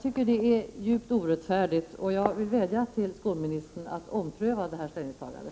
Detta är djupt orättfärdigt, och jag vädjar till skolministern att ompröva det här ställningstagandet.